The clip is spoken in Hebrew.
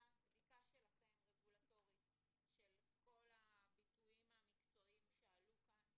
כוועדה בדיקה רגולטורים שלכם של כל הביטויים המקצועיים שעלו כאן,